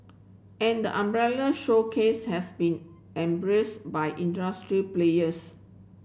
and the umbrella showcase has been embraced by industry players